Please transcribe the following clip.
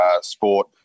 sport